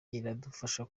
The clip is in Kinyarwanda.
iradufasha